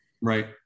Right